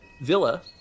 Villa